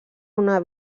una